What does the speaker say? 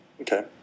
Okay